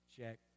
check